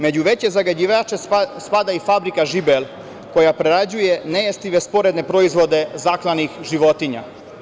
Među veće zagađivače spada i fabrika „Žibel“ koja prerađuje nejestive sporedne proizvode zaklanih životinja.